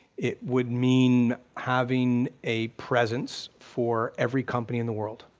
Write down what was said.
it would mean having a presence for every company in the world.